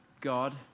God